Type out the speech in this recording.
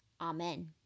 Amen